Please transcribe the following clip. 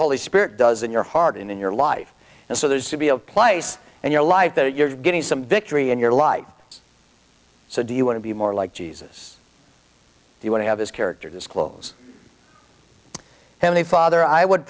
holy spirit does in your heart and in your life and so there's to be a place and your life that you're getting some victory in your life so do you want to be more like jesus if you want to have his character disclose him the father i would